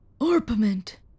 Orpiment